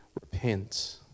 repent